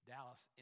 Dallas